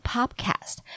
Podcast 。